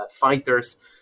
fighters